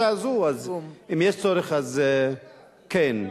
לבקש לתרגם, להסביר, לפרש.